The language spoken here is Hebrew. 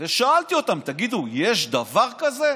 ושאלתי אותם: תגידו, יש דבר כזה?